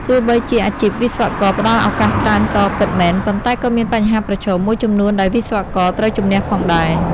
ទោះបីជាអាជីពវិស្វករផ្តល់ឱកាសច្រើនក៏ពិតមែន ប៉ុន្តែក៏មានបញ្ហាប្រឈមមួយចំនួនដែលវិស្វករត្រូវជម្នះផងដែរ។